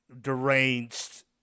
deranged